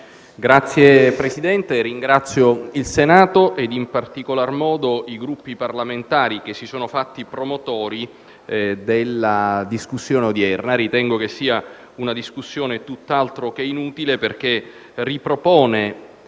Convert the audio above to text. Signor Presidente, ringrazio il Senato e in particolare modo i Gruppi parlamentari che si sono fatti promotori della discussione odierna. Ritengo sia una discussione tutt'altro che inutile, perché ripropone